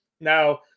now